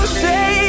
say